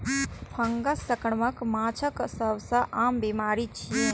fungus संक्रमण माछक सबसं आम बीमारी छियै